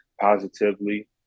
positively